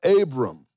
Abram